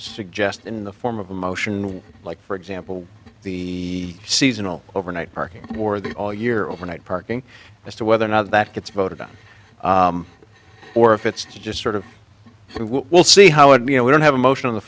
suggest in the form of a motion like for example the seasonal overnight parking or the all year overnight parking as to whether or not that gets voted on or if it's just sort of we'll see how it be and we don't have a motion on the